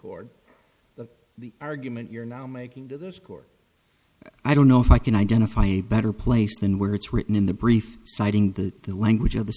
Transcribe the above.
court that the argument you're now making to this court i don't know if i can identify a better place than where it's written in the brief citing the language of the